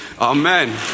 Amen